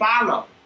follow